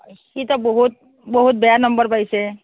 সিটো বহুত বহুত বেয়া নম্বৰ পাইছে